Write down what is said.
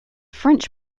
french